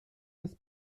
des